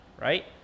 right